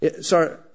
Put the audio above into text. Sorry